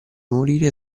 morire